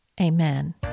Amen